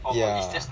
ya